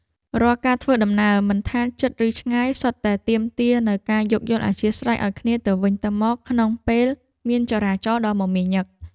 រាល់ការធ្វើដំណើរមិនថាជិត ឬឆ្ងាយសុទ្ធតែទាមទារនូវការយោគយល់អធ្យាស្រ័យឱ្យគ្នាទៅវិញទៅមកក្នុងពេលមានចរាចរណ៍ដ៏មមាញឹក។